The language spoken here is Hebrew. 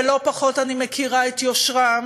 ולא פחות אני מכירה את יושרם,